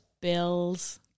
bills